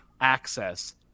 access